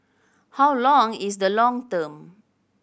how long is the long term